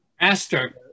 Master